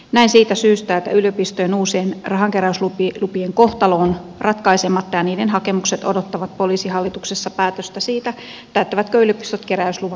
näin siitä syystä että yliopistojen uusien rahankeräyslupien kohtalo on ratkaisematta ja niiden hakemukset odottavat poliisihallituksessa päätöstä siitä täyttävätkö yliopistot keräysluvan kriteerit